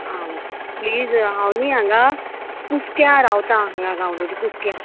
आं प्लीज हांव न्ही हांगा कुसक्यां रावतां हांगा गांवडोंगरी कुसक्यां